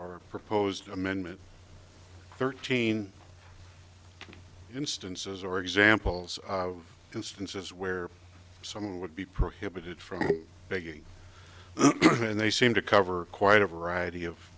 or proposed amendment thirteen instances or examples of instances where someone would be prohibited from beginning and they seem to cover quite a variety of